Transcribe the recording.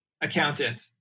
accountant